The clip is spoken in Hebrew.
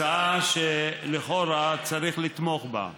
הצעה שלכאורה צריך לתמוך בה,